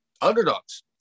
underdogs